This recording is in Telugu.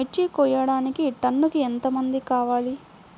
మిర్చి కోయడానికి టన్నుకి ఎంత మంది కావాలి?